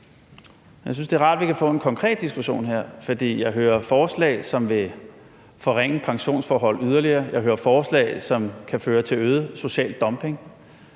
Jeg synes, det er rart, at vi kan få en konkret diskussion her. For jeg hører forslag, som vil forringe pensionsforhold yderligere, jeg hører forslag, som kan føre til øget social dumping.